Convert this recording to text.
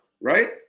Right